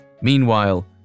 Meanwhile